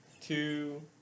two